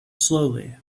slowly